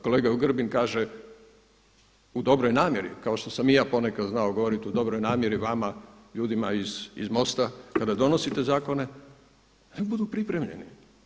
Kolega Grbin kaže u dobroj namjeri kao što sam i ja ponekad znao govoriti u dobroj namjeri vama ljudima iz Mosta kada donosite zakone neka budu pripremljeni.